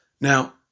Now